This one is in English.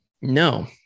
No